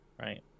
right